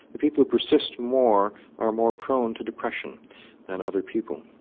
the people who persist more are more prone to depression than other people.